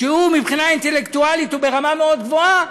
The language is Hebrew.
והוא מבחינה אינטלקטואלית ברמה מאוד גבוהה,